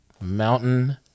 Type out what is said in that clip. Mountain